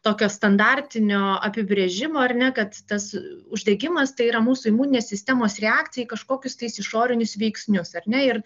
tokio standartinio apibrėžimo ar ne kad tas uždegimas tai yra mūsų imuninės sistemos reakcija į kažkokius tais išorinius veiksnius ar ne ir